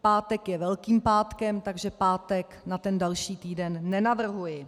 Pátek je Velkým pátkem, takže pátek na ten další týden nenavrhuji.